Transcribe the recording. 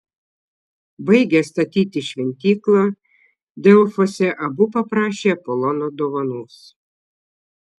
baigę statyti šventyklą delfuose abu paprašė apolono dovanos